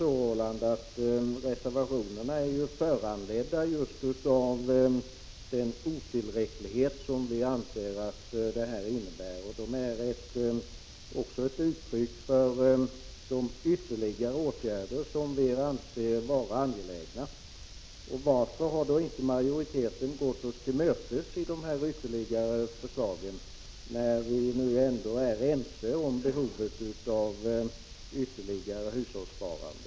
Reservationerna är ju föranledda just av att vi anser de åtgärder som föreslås i propositionen vara otillräckliga. De innehåller också förslag till ytterligare åtgärder som vi anser vara angelägna. Varför har då inte majoriteten gått oss till mötes, när vi nu ändå är ense om behovet av ett ökat hushållssparande?